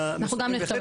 בהחלט.